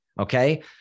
Okay